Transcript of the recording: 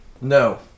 No